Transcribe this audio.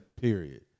Period